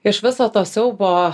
iš viso to siaubo